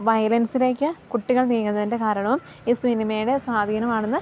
വയലൻസിലേക്ക് കുട്ടികൾ നീങ്ങുന്നതിൻ്റെ കാരണം ഈ സിനിമേടെ സ്വാധീനമാണെന്ന്